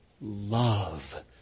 love